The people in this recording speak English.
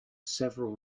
several